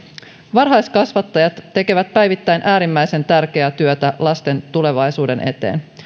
varhaiskasvattajat tekevät päivittäin äärimmäisen tärkeää työtä lasten tulevaisuuden eteen